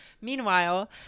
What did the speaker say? Meanwhile